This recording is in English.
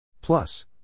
Plus